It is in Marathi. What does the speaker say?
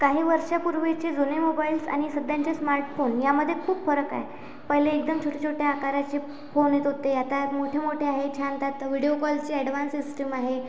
काही वर्षापूर्वीचे जुने मोबाईल्स आणि सद्याच्या स्मार्टफोन यामध्ये खूप फरक आहे पहिले एकदम छोटे छोटे आकाराचे फोन येत होते आता मोठे मोठे आहेत छान त्यात व्हिडीओ कॉलचे ॲडव्हान्स सिस्टीम आहे